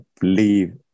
believe